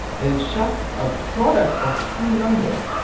and it's just a product of two numbers,